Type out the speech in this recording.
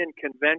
Convention